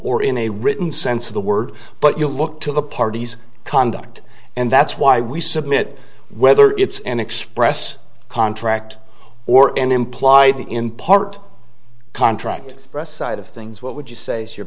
or in a written sense of the word but you look to the parties conduct and that's why we submit whether it's an express contract or an implied in part contract side of things what would you say your